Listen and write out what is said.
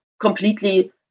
completely